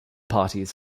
parties